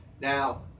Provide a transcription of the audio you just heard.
Now